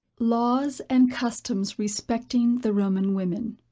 laws and customs respecting the roman women.